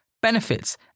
benefits